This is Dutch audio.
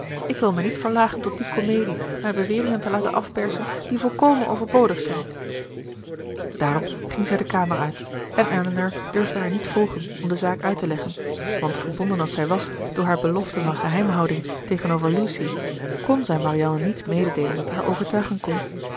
ik wil mij niet verlagen tot die komedie mij beweringen te laten afpersen die volkomen overbodig zijn daarop ging zij de kamer uit en elinor durfde haar niet volgen om de zaak uit te leggen want gebonden als zij was door haar belofte van geheimhouding tegenover lucy kon zij marianne niets mededeelen dat haar overtuigen kon